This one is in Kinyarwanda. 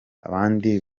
abandi